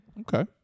Okay